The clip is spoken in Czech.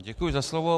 Děkuji za slovo.